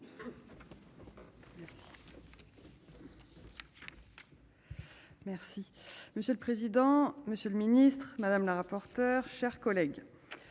Merci monsieur le président, Monsieur le Ministre, madame la rapporteure, chers collègues,